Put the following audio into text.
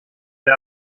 der